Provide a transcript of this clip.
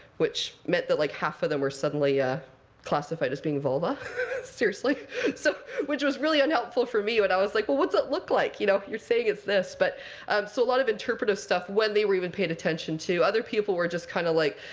which meant that like half of them were suddenly ah classified as being vulva seriously so which was really unhelpful for me when i was like, well, what's it look like. you know you're saying it's this, but so a lot of interpretive stuff, when they were even paid attention to. other people were just kind of like,